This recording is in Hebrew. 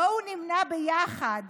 בואו נמנע יחד